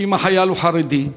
שאם החייל הוא חרדי,